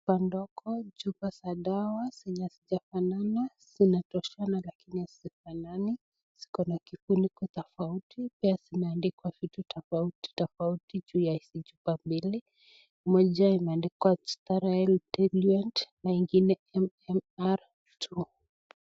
Chupa ndogo, chupa za dawa zenye hazijafanana. Zinatoshana lakini hazifanani. Ziko na kifuniko tofauti, pia zimeandikwa vitu tofauti tofauti juu ya hizi chupa mbili. Moja imeandikwa Sterile diluent na ingine MMR 2 .